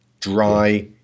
Dry